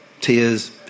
tears